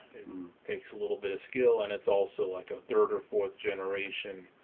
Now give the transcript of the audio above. takes a little bit of skill and it's also like a third or fourth generation